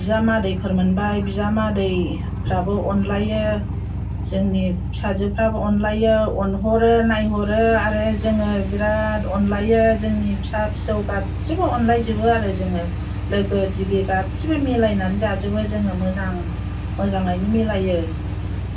बिजामादैफोर मोनबाय बिजामादैफ्राबो अनलायो जोंनि फिसाजोफ्राबो अनलायो अनहरो नायहरो आरो जोङो बिराद अनलायनायो जोंनि फिसा फिसौ गासिबो अनलायजोबो आरो जोङो लोगो दिगि गासिबो मिलायनानै जाजोबो जोङो मोजां मोजाङैनो मिलायो